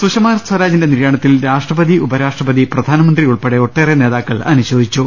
സുഷമ സ്വരാജിന്റെ നിര്യാണത്തിൽ രാഷ്ട്രപതി ഉപരാഷ്ട്രപതി പ്രധാ നമന്ത്രിയുമുൾപ്പെടെ ഒട്ടേറെ നേതാക്കൾ അനുശോചിച്ചു